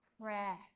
Prayer